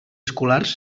escolars